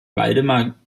waldemar